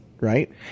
right